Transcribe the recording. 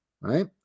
right